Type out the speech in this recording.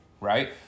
right